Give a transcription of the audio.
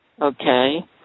Okay